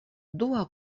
dua